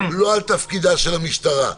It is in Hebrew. לא על תפקידה של המשטרה באכיפה,